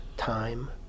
time